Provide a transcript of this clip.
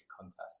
Contest